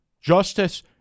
justice